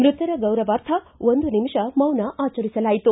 ಮೃತರ ಗೌರವಾರ್ಥ ಒಂದು ನಿಮಿಷ ಮೌನ ಆಚರಿಸಲಾಯಿತು